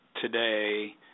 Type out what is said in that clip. today